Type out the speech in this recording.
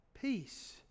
peace